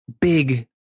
big